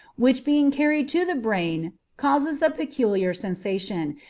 which being carried to the brain causes a peculiar sensation,